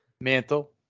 mantle